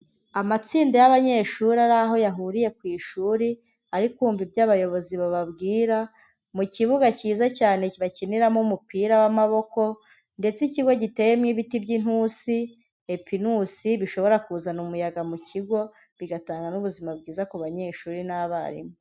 Amatsinda y'abanyeshuri ari aho yahuriye ku ishuri, ari kumva ibyo abayobozi bababwira, mu kibuga cyiza cyane bakiniramo umupira w'amaboko, ndetse ikigo giteyemo ibiti by'intunsi, epinusi, bishobora kuzana umuyaga mu kigo, bigatanga n'ubuzima bwiza ku banyeshuri n'abarimu.